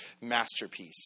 masterpiece